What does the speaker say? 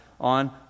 on